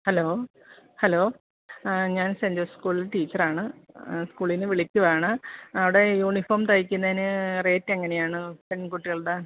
hello hello ഞാൻ Saint Jose സ്കൂളിലെ ടീച്ചറാണ് സ്കൂളിൽ നിന്ന് വിളിക്കുകയാണ് അവിടെ യൂണിഫോം തയ്ക്കുന്നതിന് റേറ്റ് എങ്ങനെയാണ് പെൺകുട്ടികളുടെ